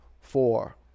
four